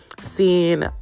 seeing